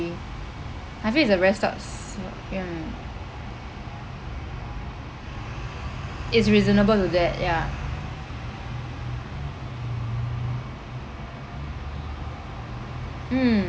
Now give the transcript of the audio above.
I feel is a very sad so~ ya is reasonable to that ya mm